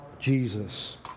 Jesus